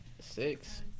Six